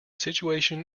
situation